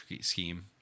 scheme